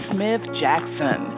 Smith-Jackson